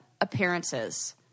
appearances